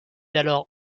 alors